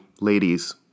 ladies